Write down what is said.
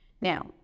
Now